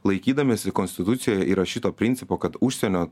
laikydamiesi konstitucijoj įrašyto principo kad užsienio